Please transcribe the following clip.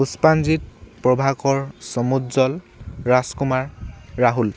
Pushpanjit Prabhakar Samujjal Rajkumar Rahul